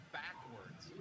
backwards